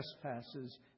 trespasses